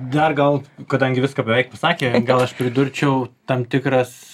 dar gal kadangi viską beveik pasakė gal aš pridurčiau tam tikras